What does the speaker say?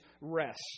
rest